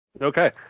Okay